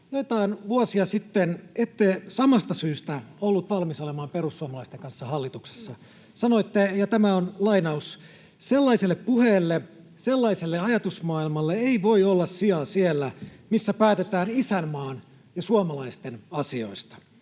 Joitain vuosia sitten ette samasta syystä ollut valmis olemaan perussuomalaisten kanssa hallituksessa. Sanoitte: ”Sellaiselle puheelle, sellaiselle ajatusmaailmalle ei voi olla sijaa siellä, missä päätetään isänmaan ja suomalaisten asioista,